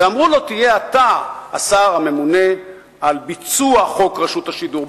ואמרו לו: תהיה אתה השר הממונה על ביצוע חוק רשות השידור.